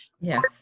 Yes